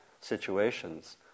situations